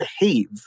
behave